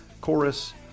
Chorus